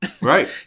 Right